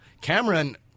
Cameron